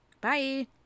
Bye